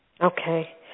okay